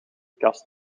kast